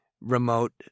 remote